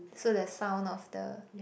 so the sound of the